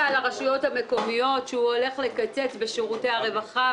לרשויות המקומיות שהוא הולך לקצץ בשירותי הרווחה,